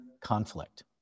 conflict